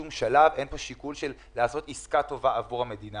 אין פה שיקול לעשות עסקה טובה עבור המדינה.